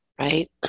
right